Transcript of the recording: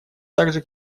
также